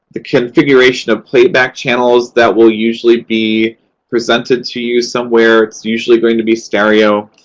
the configuration of playback channels, that will usually be presented to you somewhere. it's usually going to be stereo.